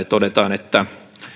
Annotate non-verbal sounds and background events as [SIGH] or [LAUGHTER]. [UNINTELLIGIBLE] todetaan että